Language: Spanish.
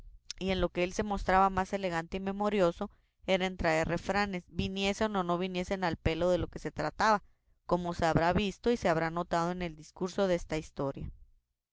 y en lo que él se mostraba más elegante y memorioso era en traer refranes viniesen o no viniesen a pelo de lo que trataba como se habrá visto y se habrá notado en el discurso desta historia